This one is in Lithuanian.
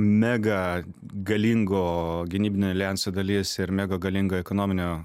mega galingo gynybinio aljanso dalis ir mega galingo ekonominio